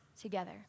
together